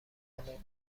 اردوان